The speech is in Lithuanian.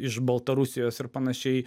iš baltarusijos ir panašiai